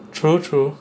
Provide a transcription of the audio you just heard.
true true